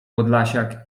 podlasiak